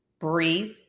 breathe